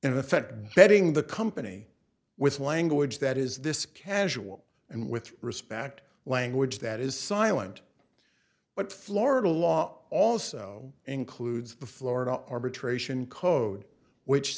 betting the company with language that is this casual and with respect language that is silent but florida law also includes the florida arbitration code which